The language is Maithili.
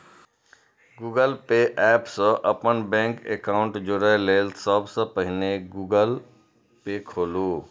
गूगल पे एप सं अपन बैंक एकाउंट जोड़य लेल सबसं पहिने गूगल पे खोलू